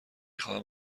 خواهم